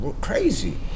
crazy